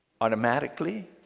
automatically